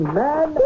man